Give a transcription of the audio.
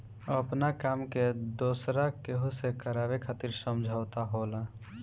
आपना काम के दोसरा केहू से करावे खातिर समझौता होला